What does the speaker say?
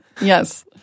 Yes